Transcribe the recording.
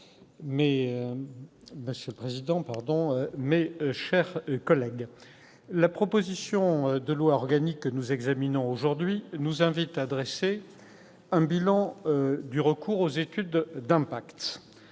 monsieur le secrétaire d'État, mes chers collègues, la proposition de loi organique que nous examinons aujourd'hui nous invite à dresser un bilan du recours aux études d'impact.